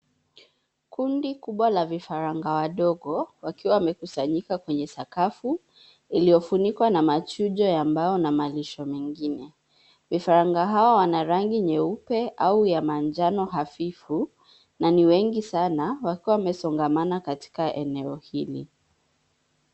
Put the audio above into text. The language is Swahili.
Kundi kubwa la vifaranga wadogo wakiwa wamekusanyika kwenye sakafu iliyofunikwa na machujo ya mbao na malisho mengine. Vifaranga hao wana rangi nyeupe au ya manjano hafifu na ni wengi sana wakiwa wanesongamana katika eneo hili.